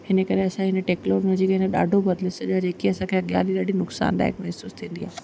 हिन करे असां हिन टेक्नोलॉजी खे त ॾाढो बदिले छॾियो आहे जेके असांखे अॻियां हली ॾाढी नुक़सानदायक महिसूसु थींदी आहे